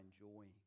enjoying